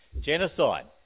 Genocide